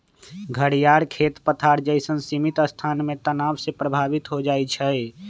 घरियार खेत पथार जइसन्न सीमित स्थान में तनाव से प्रभावित हो जाइ छइ